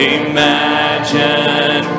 imagine